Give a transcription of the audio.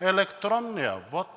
Електронният вот